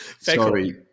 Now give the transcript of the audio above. Sorry